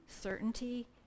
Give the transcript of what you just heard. certainty